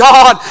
God